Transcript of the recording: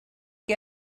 que